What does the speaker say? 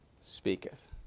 Speaketh